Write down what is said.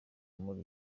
muri